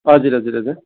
हजुर हजुर हजुर